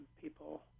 people